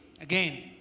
Again